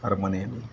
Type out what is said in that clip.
ಅರಮನೇಲಿ